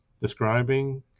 describing